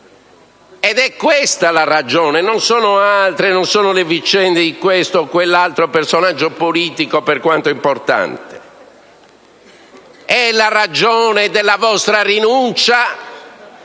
Ed è questa la ragione: non sono le vicende di questo o quell'altro personaggio politico, per quanto importante. È la ragione della vostra rinuncia